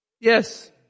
Yes